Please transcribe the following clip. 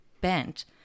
bent